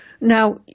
Now